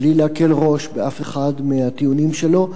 בלי להקל ראש באף אחד מהטיעונים שלו,